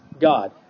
God